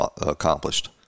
accomplished